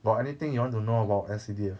got anything you want to know about S_C_D_F